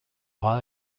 high